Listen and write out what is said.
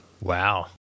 Wow